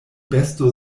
besto